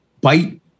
bite